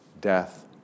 death